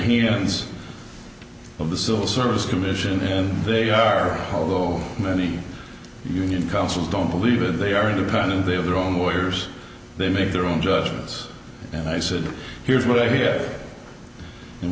hearings of the civil service commission and they are although many union councils don't believe it they are independent they have their own workers they make their own judgments and i said here's what i hear